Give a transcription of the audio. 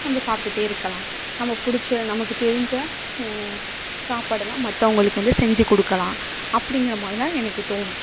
நம்ப சாப்டுகிட்டே இருக்கலாம் நமக்கு பிடிச்ச நமக்கு தெரிஞ்ச சாப்பாடெல்லாம் மற்றவங்களுக்கு வந்து செஞ்சுக்குடுக்கலாம் அப்படிங்கறமாரிலாம் எனக்கு தோணும்